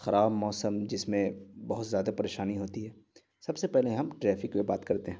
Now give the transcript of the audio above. خراب موسم جس میں بہت زیادہ پریشانی ہوتی ہے سب سے پہلے ہم ٹریفک پہ بات کرتے ہیں